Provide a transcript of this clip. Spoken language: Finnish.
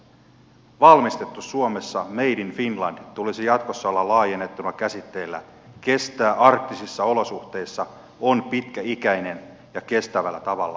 brändin valmistettu suomessa made in finland tulisi jatkossa olla laajennettuna käsitteillä kestää arktisissa olosuhteissa on pitkäikäinen ja on kestävällä tavalla valmistettu